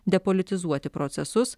depolitizuoti procesus